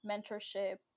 mentorship